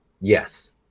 yes